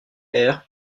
air